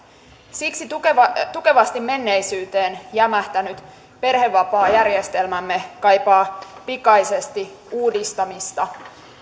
siksi tukevasti tukevasti menneisyyteen jämähtänyt perhevapaajärjestelmämme kaipaa pikaisesti uudistamista